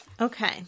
Okay